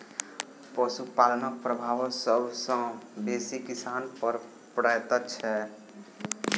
पशुपालनक प्रभाव सभ सॅ बेसी किसान पर पड़ैत छै